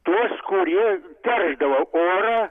tuos kurie teršdavo orą